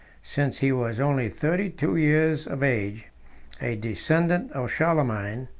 since he was only thirty-two years of age a descendant of charlemagne,